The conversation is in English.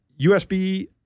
USB